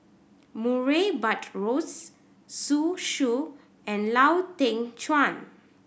Murray Buttrose Zhu Xu and Lau Teng Chuan